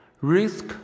Risk